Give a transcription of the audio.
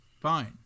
Fine